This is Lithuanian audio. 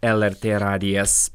lrt radijas